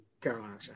Carolina